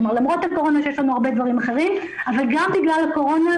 כלומר למרות הקורונה שיש לנו הרבה דברים אחרים אבל גם בגלל הקורונה,